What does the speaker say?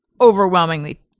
overwhelmingly